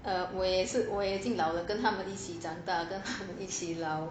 err 我也是我已经老了跟他们一起长大一起老